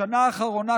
השנה האחרונה,